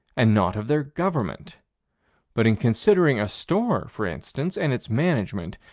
and not of their government but in considering a store, for instance, and its management,